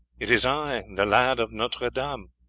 it is i the lad of notre dame.